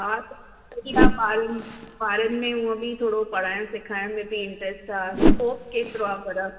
हा त सही आहे ॿारनि ॿारनि में हूंअं बि थोरो पढ़ाइणु सिखाइण में बि इंट्रैस्ट आहे स्कोप केतिरो ॿुधायो